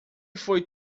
foi